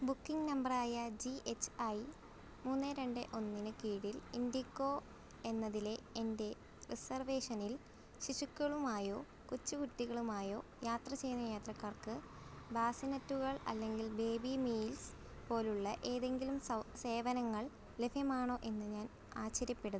booking നമ്പറായ G H I മൂന്ന് രണ്ട് ഒന്നിന് കീഴിൽ ഇൻഡിഗോ എന്നതിലെ എൻ്റെ റിസർവേഷനിൽ ശിശുക്കളുമായോ കൊച്ചു കുട്ടികളുമായോ യാത്ര ചെയ്യുന്ന യാത്രക്കാർക്ക് ബാസിനെറ്റുകൾ അല്ലെങ്കിൽ ബേബി മീൽസ് പോലുള്ള ഏതെങ്കിലും സേവനങ്ങൾ ലഭ്യമാണോ എന്ന് ഞാൻ ആശ്ചര്യപ്പെടുന്നു